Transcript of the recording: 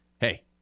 hey